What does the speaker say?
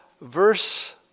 Verse